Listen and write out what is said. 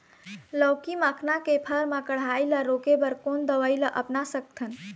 लाउकी मखना के फर मा कढ़ाई ला रोके बर कोन दवई ला अपना सकथन?